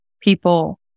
people